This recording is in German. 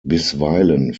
bisweilen